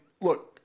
look